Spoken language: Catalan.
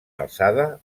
alçada